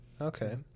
okay